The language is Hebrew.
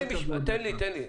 בוא, תן לי משפט.